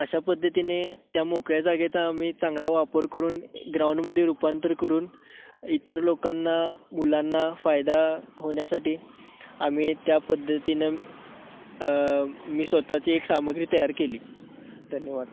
अशा पद्धतीने त्या मोकळ्या जागेचा आम्ही चांगला वापर करून ग्राउंडमध्ये रूपांतर करून इतर लोकांना मुलांना फायदा होण्यासाठी आम्ही त्या पद्धतीने मी स्वतःची एक सामग्री तयार केली धन्यवाद